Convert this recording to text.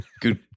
Good